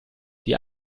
die